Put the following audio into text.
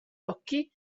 occhi